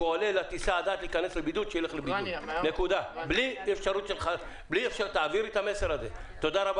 עולה לטיסה ושייכנס לבידוד --- בלי אפשרות --- תודה רבה.